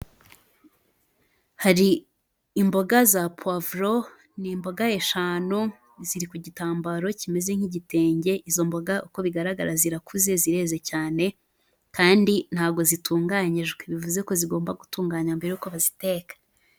Hari imboga za puwaivuro ni imboga eshanu ziri ku gitambaro kimeze nk'igitenge, izo mboga uko bigaragara zirakuze zireze cyane kandi ntabwo zitunganyijwe, bivuze ko zigomba gutunganywa mbere y'uko baziteka.